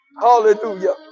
Hallelujah